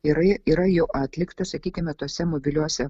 yra yra jau atlikta sakykime tuose mobiliuose